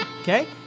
Okay